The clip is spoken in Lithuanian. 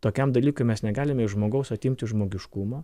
tokiam dalykui mes negalime iš žmogaus atimti žmogiškumo